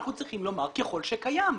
אנחנו צריכים לומר ככל שקיים.